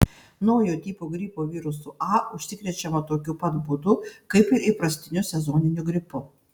naujo tipo gripo virusu a užsikrečiama tokiu pat būdu kaip ir įprastiniu sezoniniu gripu